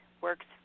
works